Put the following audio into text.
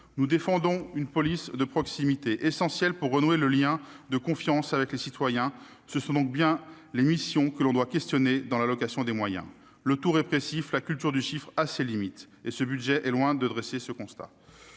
Nous défendons une police de proximité, essentielle pour renouer le lien de confiance avec les citoyens. Ce sont donc bien les missions que l'on doit questionner avant l'allocation des moyens. Le tout-répressif et la culture du chiffre ont leurs limites, mais ce budget est loin de dresser un tel constat.